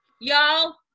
Y'all